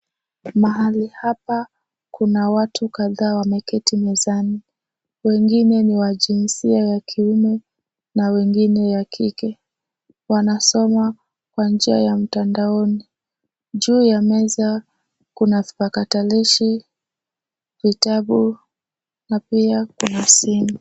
Mahali hapa kuna watu kadhaa wameketi mezani, wengine ni wa jinsia wa kiume na wengine wa kike wanasoma kwa njia ya mtandaoni. Juu ya meza kuna kipatakalishi, vitabu na pia kuna simu.